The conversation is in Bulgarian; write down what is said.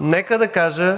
Нека да кажа,